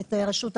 את רשות הדיבור.